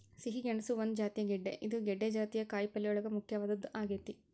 ಸಿಹಿ ಗೆಣಸು ಒಂದ ಜಾತಿಯ ಗೆಡ್ದೆ ಇದು ಗೆಡ್ದೆ ಜಾತಿಯ ಕಾಯಪಲ್ಲೆಯೋಳಗ ಮುಖ್ಯವಾದದ್ದ ಆಗೇತಿ